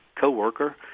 coworker